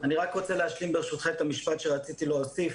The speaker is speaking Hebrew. אני רק רוצה להשלים ברשותך את המשפט שרציתי להוסיף,